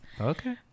Okay